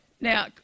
Now